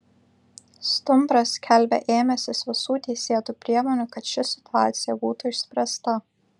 stumbras skelbia ėmęsis visų teisėtų priemonių kad ši situacija būtų išspręsta